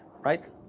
right